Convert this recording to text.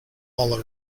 all